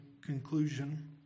conclusion